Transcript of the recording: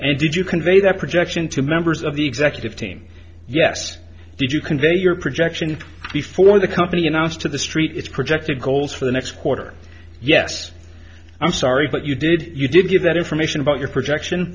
and did you convey that projection to members of the executive team yes did you convey your projection before the company announced to the street its projected goals the next quarter yes i'm sorry but you did you did give that information about your projection